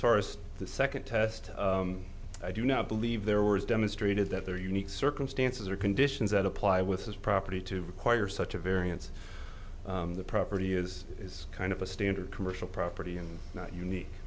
it's the second test i do not believe there was demonstrated that there are unique circumstances or conditions that apply with his property to require such a variance the property is is kind of a standard commercial property and not unique